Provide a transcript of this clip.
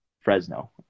Fresno